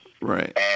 Right